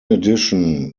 addition